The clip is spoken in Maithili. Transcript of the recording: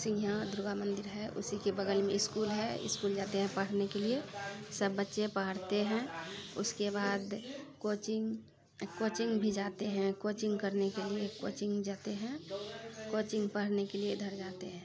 सिँघिआ दुर्गा मन्दिर है उसीके बगल में इसकुल है इसकुल जाते हैं पढ़ने के लिए सब बच्चे पढ़ते हैं उसके बाद कोचिङ्ग कोचिङ्ग भी जाते हैं कोचिङ्ग करने के लिए कोचिङ्ग जाते हैं कोचिङ्ग पढ़ने के लिए इधर जाते हैं